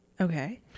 Okay